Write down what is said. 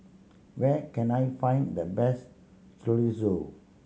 where can I find the best Chorizo